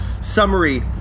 summary